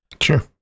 Sure